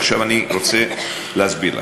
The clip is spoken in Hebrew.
עכשיו, אני רוצה להסביר לך,